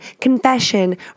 confession